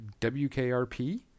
WKRP